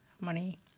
money